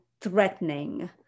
threatening